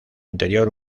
interior